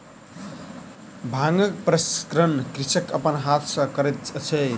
भांगक प्रसंस्करण कृषक अपन हाथ सॅ करैत अछि